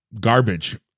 garbage